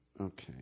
Okay